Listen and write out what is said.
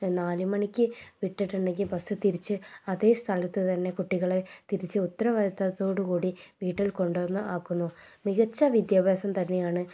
നാല് മണിക്ക് വിട്ടിട്ടുണ്ടെങ്കിൽ ബസ്സ് തിരിച്ച് അതേസ്ഥലത്ത് തന്നെ കുട്ടികളെ തിരിച്ച് ഉത്തരവാദിത്തത്തോടുകൂടി വീട്ടിൽ കൊണ്ടുവന്ന് ആക്കുന്നു മികച്ച വിദ്യാഭ്യാസം തന്നെയാണ്